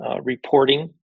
reporting